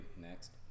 next